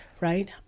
right